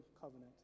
covenant